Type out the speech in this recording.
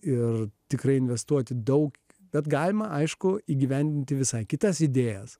ir tikrai investuoti daug tad galima aišku įgyvendinti visai kitas idėjas